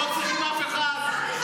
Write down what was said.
לא צריכים אף אחד.